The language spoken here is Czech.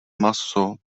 maso